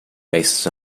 basis